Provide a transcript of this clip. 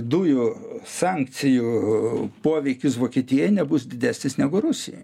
dujų sankcijų poveikis vokietijai nebus didesnis negu rusijai